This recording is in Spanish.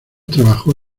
trabajó